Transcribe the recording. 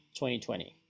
2020